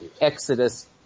Exodus